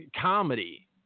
Comedy